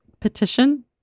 Petition